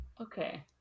okay